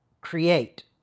create